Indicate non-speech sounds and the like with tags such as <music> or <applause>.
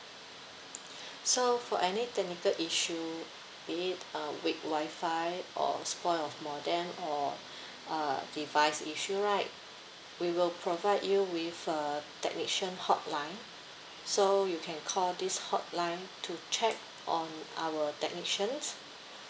so for any technical issue be it a weak wi-fi or spoil of modem or <breath> uh device issue right we will provide you with a technician hotline so you can call this hotline to check on our technicians